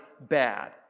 bad